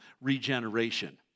regeneration